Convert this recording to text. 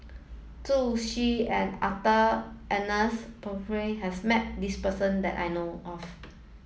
Zhu Xu and Arthur Ernest Percival has met this person that I know of